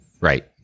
Right